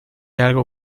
algo